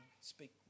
speak